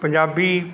Punjabi